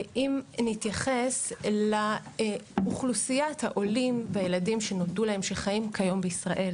אם נתייחס לאוכלוסיית העולים והילדים שנולדו להם שחיים כיום בישראל,